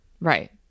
Right